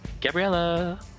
Gabriella